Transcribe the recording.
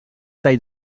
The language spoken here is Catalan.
tall